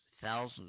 thousands